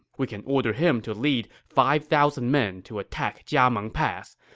we can order him to lead five thousand men to attack jiameng pass.